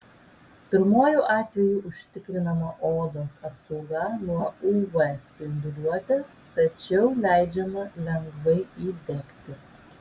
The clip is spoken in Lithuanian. pirmuoju atveju užtikrinama odos apsauga nuo uv spinduliuotės tačiau leidžiama lengvai įdegti